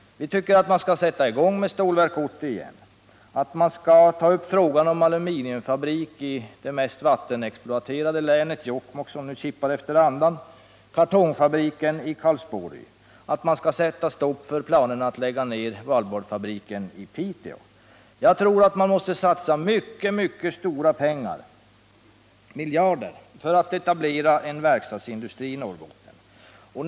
Vi tycker att man skall sätta i gång med Stålverk 80 igen, att man skall ta upp frågan om en aluminiumfabrik i det mest vattenexploaterade området, nämligen Jokkmokk som nu kippar efter andan, att man skall rädda kartongfabriken i Karlsborg, att man skall sätta stopp för planerna på att lägga 27 att öka sysselsättningen ned wallboardfabriken i Piteå. Jag tror att man måste satsa mycket stora pengar, miljarder, på att etablera en verkstadsindustri i Norrbotten.